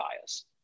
bias